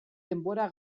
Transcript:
denbora